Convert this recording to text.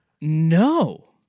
No